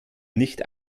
nicht